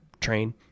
train